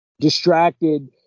distracted